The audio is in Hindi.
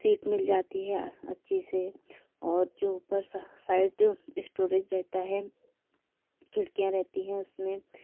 सीट मिल जाती है अच्छे से और जो ऊपर साइड स्टोरेज रहता है खिड़कियाँ रहती है उस में